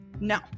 no